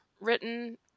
written